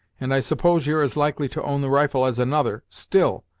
and i suppose you're as likely to own the rifle as another. still,